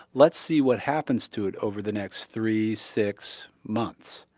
let's see what happens to it over the next three, six months.